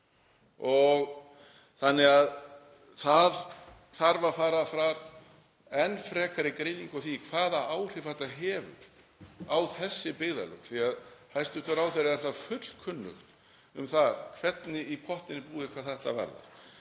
um. Þannig að það þarf að fara fram enn frekari greining á því hvaða áhrif þetta hefur á þessi byggðarlög. Hæstv. ráðherra er fullkunnugt um það hvernig í pottinn er búið hvað þetta varðar.